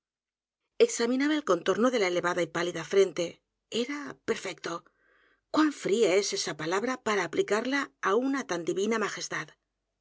examinaba el contorno de la elevada y pálida frente era perfecto cuan fría es esa palabra p a r a aplicarla á una tan divina majestad